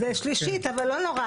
זאת פעם שלישית, אבל לא נורא.